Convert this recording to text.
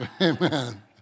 Amen